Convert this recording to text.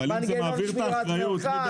מנגנון שמירת מרחק,